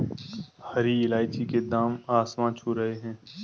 हरी इलायची के दाम आसमान छू रहे हैं